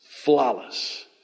flawless